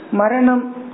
maranam